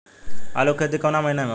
आलू के खेती कवना महीना में होला?